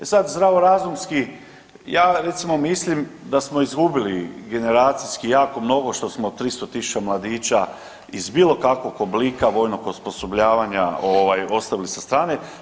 E sad zdravorazumski ja recimo mislim da smo izgubili generacijski jako mnogo što smo 300.000 mladića iz bilo kakvog oblika vojnog osposobljavanja ostavili sa strane.